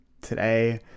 Today